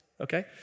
okay